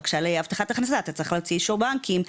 בקשה להבטחת הכנסה אתה צריך אישור בנקים.